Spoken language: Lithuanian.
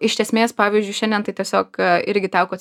iš esmės pavyždžiui šiandien tai tiesiog irgi teko